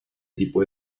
tipo